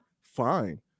fine